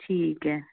ਠੀਕ ਹੈ